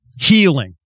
Healing